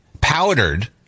powdered